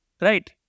Right